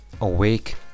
awake